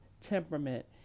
temperament